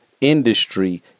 industry